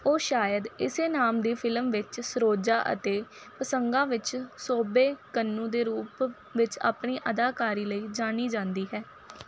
ਉਹ ਸ਼ਾਇਦ ਇਸੇ ਨਾਮ ਦੀ ਫ਼ਿਲਮ ਵਿੱਚ ਸਰੋਜਾ ਅਤੇ ਪਸੰਗਾ ਵਿੱਚ ਸੋਬਿਕੰਨੂ ਦੇ ਰੂਪ ਵਿੱਚ ਆਪਣੀ ਅਦਾਕਾਰੀ ਲਈ ਜਾਣੀ ਜਾਂਦੀ ਹੈ